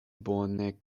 bone